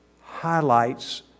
highlights